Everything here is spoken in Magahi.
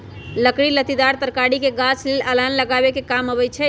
लकड़ी लत्तिदार तरकारी के गाछ लेल अलान लगाबे कें काम अबई छै